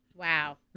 Wow